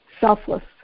Selfless